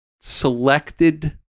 selected